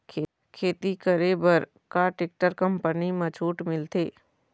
खेती करे बर का टेक्टर कंपनी म छूट मिलथे?